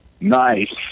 Nice